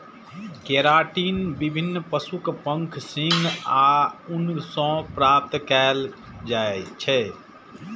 keratin विभिन्न पशुक पंख, सींग आ ऊन सं प्राप्त कैल जाइ छै